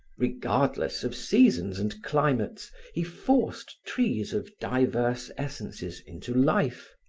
regardless of seasons and climates he forced trees of diverse essences into life,